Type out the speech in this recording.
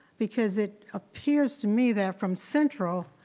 because it appears to me that from central,